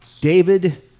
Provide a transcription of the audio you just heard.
David